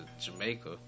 Jamaica